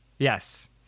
Yes